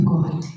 God